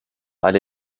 alle